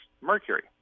Mercury